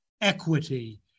equity